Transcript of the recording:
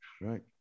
Right